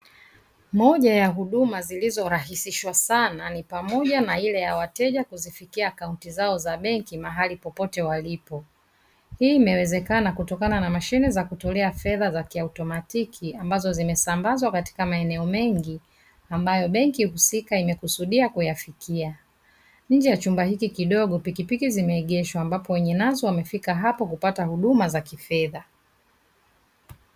Moja ya huduma zilizorahisishwa sana ni pamoja na ile ya wateja kuzifikia akaunti zao za benki popote pale walipo, hii imewezekana kutokana na mashine za kutolea fedha za kiautomatiki ambazo zimesambaa maeneo mengi ambayo benki husika imekusudia kuyafikia, nje ya chumba hiki kidogo pikipiki zimeegeshwa ambapo wenye nazo wamefika hapo kupata huduma za kifedha.